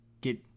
get